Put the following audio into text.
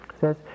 Says